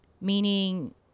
meaning